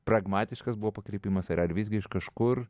pragmatiškas buvo pakrypimas ir ar visgi iš kažkur